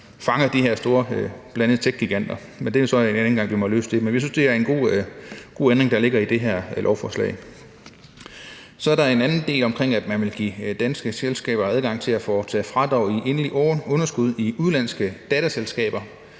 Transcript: fanger de her store virksomheder, bl.a. tech-giganter, men det er jo så en anden gang, vi må løse det. Men vi synes, det er en god ændring, der ligger i det her lovforslag. Så er der en anden del om, at man vil give danske selskaber adgang til at foretage fradrag i endeligt underskud i udenlandske datterselskaber,